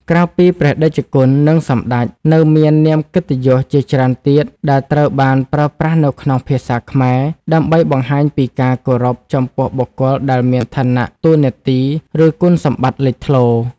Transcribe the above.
ក្រៅពី ព្រះតេជគុណ និង សម្ដេច នៅមាននាមកិត្តិយសជាច្រើនទៀតដែលត្រូវបានប្រើប្រាស់នៅក្នុងភាសាខ្មែរ ដើម្បីបង្ហាញពីការគោរពចំពោះបុគ្គលដែលមានឋានៈ តួនាទី ឬគុណសម្បត្តិលេចធ្លោ។